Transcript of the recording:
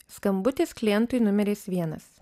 skambutis klientui numeris vienas